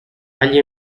agli